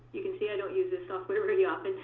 you can see i don't use this software very often.